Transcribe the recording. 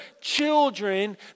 children